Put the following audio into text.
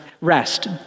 rest